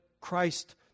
Christ